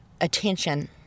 attention